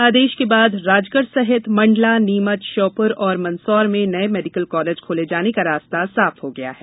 आदेश के बाद राजगढ़ सहित मंडला नीमच श्योपुर और मंदसोर में नए मेडीकल कॉलेज खोले जाने का रास्त साफ हो गया है